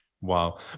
Wow